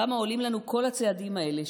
כמה עולים לנו כל הצעדים האלה,